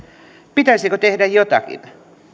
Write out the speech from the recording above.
pitäisikö tehdä jotakin